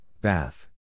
bath